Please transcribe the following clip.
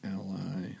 Ally